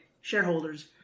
shareholders